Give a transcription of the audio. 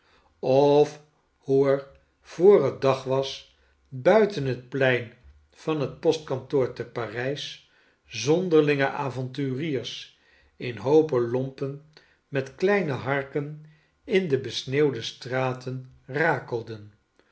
of hoe er voor t dag was buiten het plein van hetpostkantoorteparijs zonderlinge avonturiers in hoopen lompen met kleine harken in de besneeuwde straten